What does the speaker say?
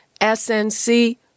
SNC